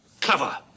Clever